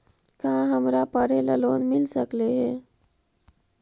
का हमरा पढ़े ल लोन मिल सकले हे?